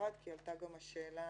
נפרד כי עלתה גם השאלה